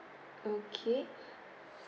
okay